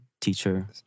teacher